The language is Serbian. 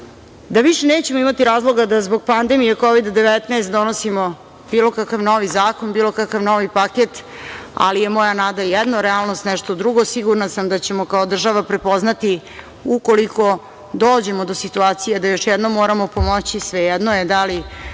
da više nećemo imati razloga da zbog pandemije Kovida 19 donosimo bilo kakav novi zakon, bilo kakav novi paket, ali je moja nada jedno, a realnost nešto drugo. Sigurna sam da ćemo kao država prepoznati ukoliko dođemo do situacije da još jednom moramo pomoći, svejedno je da li